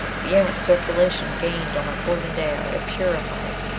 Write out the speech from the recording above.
the erentz circulation gained on my poisoned air. it purified.